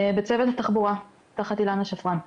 בצוות תחבורה, תחת אילנה שפרן.